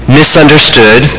misunderstood